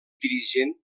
dirigent